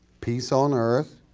peace on earth,